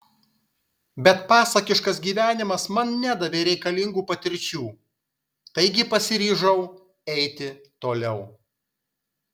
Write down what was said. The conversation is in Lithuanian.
bet pasakiškas gyvenimas man nedavė reikalingų patirčių taigi pasiryžau eiti toliau